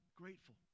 grateful